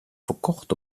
verkocht